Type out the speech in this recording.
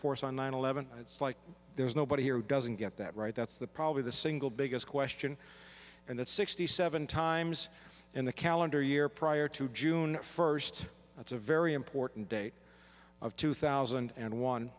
force on nine eleven it's like there's nobody here who doesn't get that right that's the probably the single biggest question and that's sixty seven times in the calendar year prior to june first that's a very important date of two thousand and one